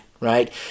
right